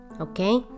okay